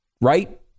right